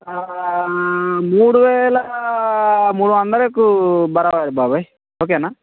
మూడు వేల మూడు వందలకు బరాబర్ బాబాయ్ ఓకేనా